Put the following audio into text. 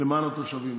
למען התושבים.